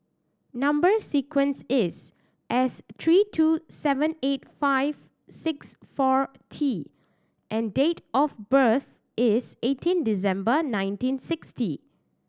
number sequence is S three two seven eight five six four T and date of birth is eighteen December nineteen sixty